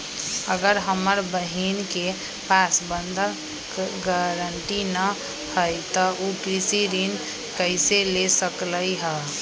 अगर हमर बहिन के पास बंधक गरान्टी न हई त उ कृषि ऋण कईसे ले सकलई ह?